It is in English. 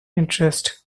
interest